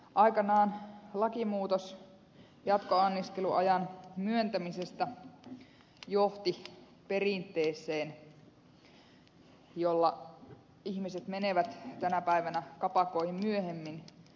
aikanaan lakimuutos jatkoanniskeluajan myöntämisestä johti perinteeseen jossa ihmiset menevät tänä päivänä kapakoihin myöhemmin